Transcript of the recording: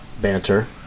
banter